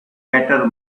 later